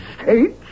States